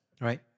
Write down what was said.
right